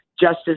justice